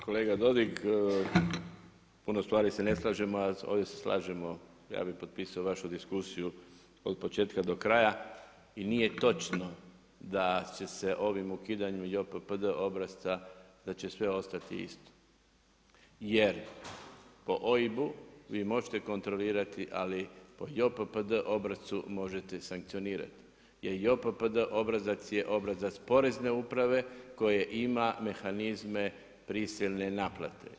Kolega Dodig, u puno stvari se ne slažemo, a ovdje se slažemo ja bih potpisao vašu diskusiju od početka do kraja i nije točno da će se ovim ukidanjem JOPPD obrasca da će sve ostati isto jer po OIB-u vi možete kontrolirati, ali po JOPPD obrascu možete sankcionirati jer JOPPD obrazac je obrazac Porezne uprave koje ima mehanizme prisilne naplate.